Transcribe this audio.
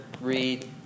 read